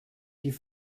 die